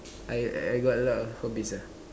I I got a lot of hobbies ah